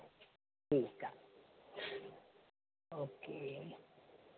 ठीकु आहे ओके